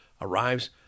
arrives